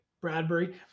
Bradbury